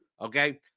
okay